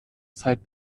zeit